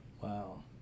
wow